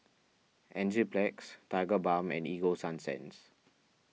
Enzyplex Tigerbalm and Ego Sunsense